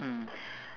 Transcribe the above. mm